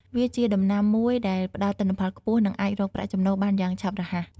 វាជាដំណាំមួយដែលផ្តល់ទិន្នផលខ្ពស់ និងអាចរកប្រាក់ចំណូលបានយ៉ាងឆាប់រហ័ស។